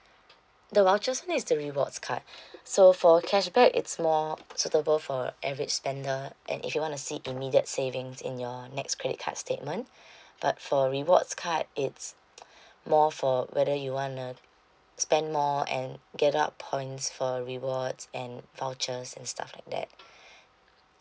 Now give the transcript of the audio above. the vouchers [one] is the rewards card so for cashback it's more suitable for average spender and if you want to see immediate savings in your next credit card statement but for rewards card it's more for whether you wanna spend more and get up points for rewards and vouchers and stuff like that